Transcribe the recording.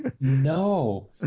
No